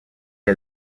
est